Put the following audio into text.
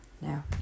No